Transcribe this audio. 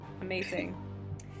Amazing